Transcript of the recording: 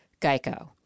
GEICO